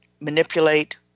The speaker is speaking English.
manipulate